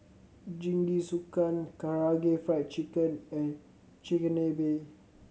Jingisukan Karaage Fried Chicken and Chigenabe